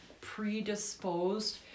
predisposed